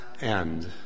End